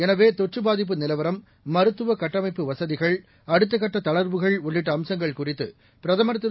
எனவே தொற்றுபாதிப்புநிலவரம் மருத்துவக்கட்டமைப்புவசதிகள் அடுத்தகட்டதளர்வுகள்உள்ளிட்டஅம்சங்கள்குறித்து பிரதமர்திரு